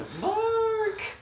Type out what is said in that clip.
Mark